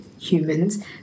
humans